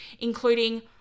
including